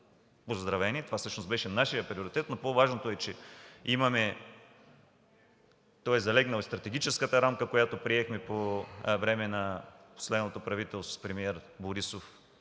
Това всъщност беше нашият приоритет, но по-важното е, че е залегнал в стратегическата рамка по време на последното правителство с премиер Борисов